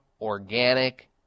organic